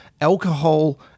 alcohol